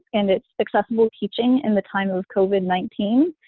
and it's accessible teaching in the time of covid nineteen,